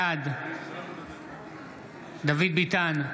בעד דוד ביטן,